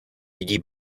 lidí